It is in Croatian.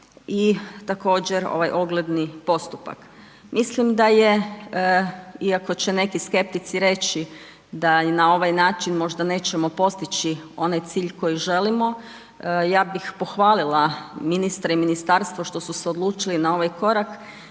i također ovaj ogledni postupak. Mislim da je iako će neki skeptici reći, da na ovaj način možda nećemo postići onaj cilj koji želimo, ja bih pohvalila ministra i ministarstvo što su se odlučili na ovaj korak,